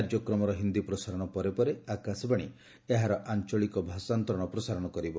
କାର୍ଯ୍ୟକ୍ରମର ହିନ୍ଦୀ ପ୍ରସାରଣ ପରେ ପରେ ଆକାଶବାଣୀ ଏହାର ଆଞ୍ଚଳିକ ଭାଷାନ୍ତରଣ ପ୍ରସାରଣ କରିବ